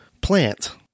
plant